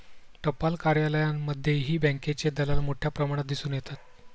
टपाल कार्यालयांमध्येही बँकेचे दलाल मोठ्या प्रमाणात दिसून येतात